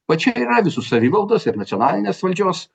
va čia yra visų savivaldos ir nacionalinės valdžios